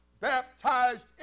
Baptized